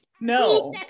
no